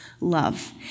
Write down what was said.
love